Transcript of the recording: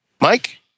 Mike